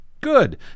Good